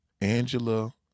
Angela